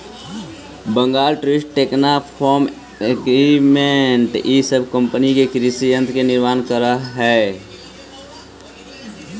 Bengal tools, Deccan farm equipments इ सब कम्पनि भी कृषि यन्त्र के निर्माण करऽ हई